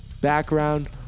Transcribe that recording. background